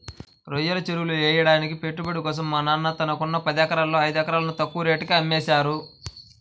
రొయ్యల చెరువులెయ్యడానికి పెట్టుబడి కోసం మా నాన్న తనకున్న పదెకరాల్లో ఐదెకరాలు తక్కువ రేటుకే అమ్మేశారు